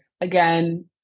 again